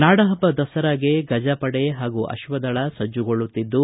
ನಾಡಹಬ್ಬ ದಸರಾಗೆ ಗಜ ಪಡೆ ಹಾಗೂ ಅಶ್ವದಳ ಸಜ್ಜು ಗೊಳ್ಳುತ್ತಿದ್ದು